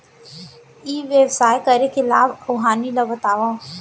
ई व्यवसाय करे के लाभ अऊ हानि ला बतावव?